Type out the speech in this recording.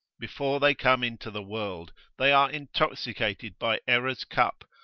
before they come into the world, they are intoxicated by error's cup,